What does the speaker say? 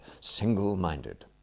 single-minded